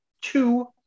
two